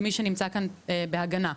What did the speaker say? ומי שנמצא כאן בהגנה.